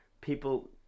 People